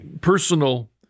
personal